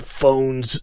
phones